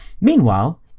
Meanwhile